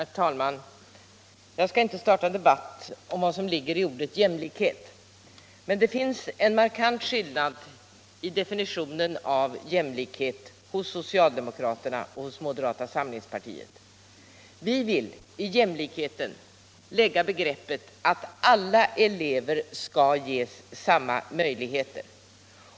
Herr talman! Jag skall inte starta en debatt om vad som ligger i ordet jämlikhet, men det finns en markant skillnad mellan socialdemokraternas och moderaternas definition av jämlikhet. Vi vill i jämlikhet lägga in begreppet att alla elever skall ges samma möjligheter.